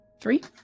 Three